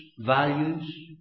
Values